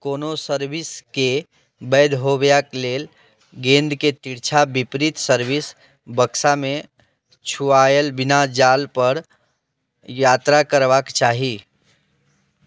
कोनो सर्विसके वैध होएबाके लेल गेन्दके तिरछा विपरीत सर्विस बक्सामे छुआएल बिना जालपर यात्रा करबाके चाही